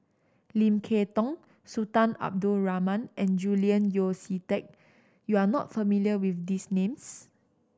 Lim Kay Tong Sultan Abdul Rahman and Julian Yeo See Teck you are not familiar with these names